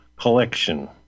collection